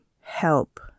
help